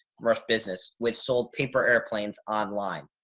rough business, which sold paper airplanes online.